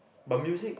but music